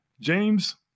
James